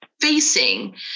facing